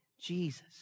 Jesus